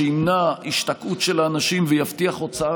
שימנע השתקעות של האנשים ויבטיח הוצאה